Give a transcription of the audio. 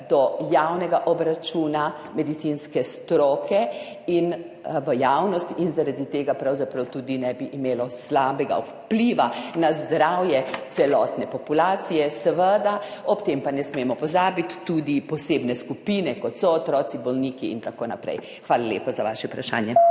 do javnega obračuna medicinske stroke v javnosti in zaradi tega pravzaprav tudi ne bi bilo slabega vpliva na zdravje celotne populacije? Ob tem pa ne smemo pozabiti tudi posebne skupine, kot so otroci, bolniki in tako naprej. Hvala lepa za vaš odgovor.